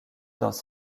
dans